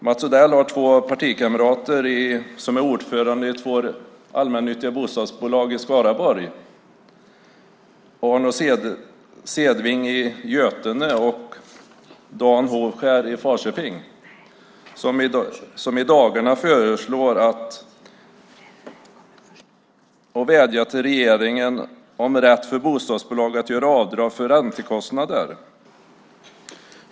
Mats Odell har två partikamrater som är ordförande i två allmännyttiga bostadsbolag i Skaraborg, Arnold Cedving i Götene och Dan Hovskär i Falköping. I dagarna vädjar de till regeringen om rätt för bostadsbolag att göra avdrag för räntekostnader.